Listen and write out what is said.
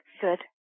Good